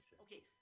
Okay